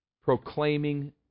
proclaiming